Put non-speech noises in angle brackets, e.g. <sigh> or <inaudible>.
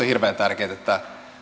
<unintelligible> hirveän tärkeätä että